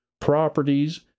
properties